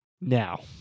now